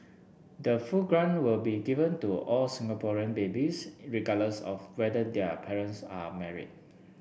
the full grant will be given to all Singaporean babies regardless of whether their parents are married